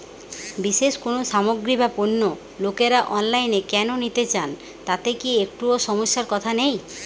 বিশেষ কোনো সামগ্রী বা পণ্য লোকেরা অনলাইনে কেন নিতে চান তাতে কি একটুও সমস্যার কথা নেই?